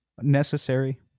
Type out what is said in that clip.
Necessary